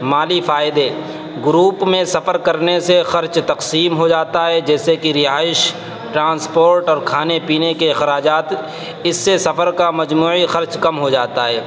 مالی فائدے گروپ میں سفر کرنے سے خرچ تقسیم ہو جاتا ہے جیسے کہ رہائش ٹرانسپورٹ اور کھانے پینے کے اخراجات اس سے سفر کا مجموعی خرچ کم ہو جاتا ہے